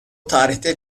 tarihte